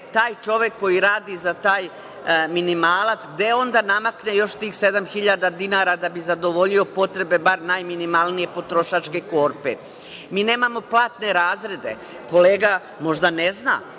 taj čovek koji radi za taj minimalac, gde on da namakne još tih sedam hiljada dinara da bi zadovoljio potrebe bar najminimalnije potrošačke korpe. Mi nemamo platne razrede. Kolega možda ne zna,